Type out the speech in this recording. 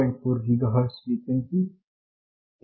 4 gigahertz frequency 3